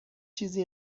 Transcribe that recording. چیزی